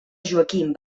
joaquim